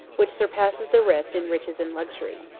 which surpasses the rest in riches and luxury.